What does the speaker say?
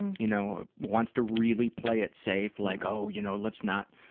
you know, wants to really play it safe, like, oh, you know, let's not,